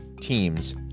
teams